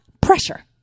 pressure